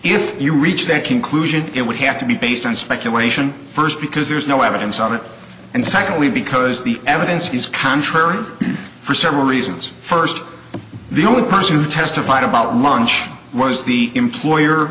if you reach that conclusion it would have to be based on speculation first because there is no evidence of it and secondly because the evidence he's contrary for several reasons first the only person who testified about munch was the employer